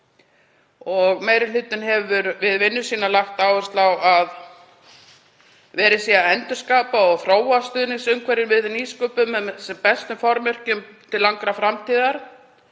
Meiri hlutinn hefur við vinnu sína lagt áherslu á að verið sé að endurskapa og þróa stuðningsumhverfi við nýsköpun með sem bestum formerkjum til langrar framtíðar.